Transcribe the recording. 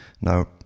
Now